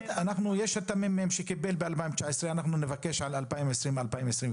יש את ה-ממ"מ שקיבל נתונים על שנת 2019. נבקש נתונים על השנים 2020 ו-2021.